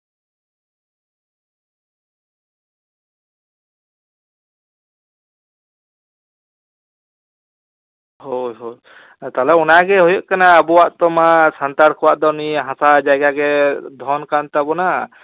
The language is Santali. ᱦᱳᱭ ᱦᱳᱭ ᱟᱫᱚ ᱛᱟᱦᱞᱮ ᱚᱱᱟ ᱜᱮ ᱦᱩᱭᱩᱜ ᱠᱟᱱᱟ ᱟᱵᱚᱣᱟᱜ ᱛᱳᱢᱟᱨ ᱥᱟᱱᱛᱟᱲ ᱠᱚᱣᱟᱜ ᱫᱚ ᱱᱤᱭᱟᱹ ᱦᱟᱥᱟ ᱡᱟᱭᱜᱟ ᱜᱮ ᱫᱷᱚᱱ ᱠᱟᱱ ᱛᱟᱵᱚᱱᱟ